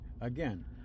Again